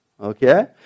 Okay